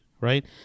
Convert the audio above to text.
right